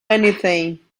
anything